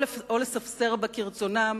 או לספסר בה כרצונם,